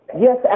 Yes